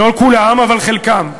לא כולם, אבל חלקם.